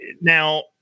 now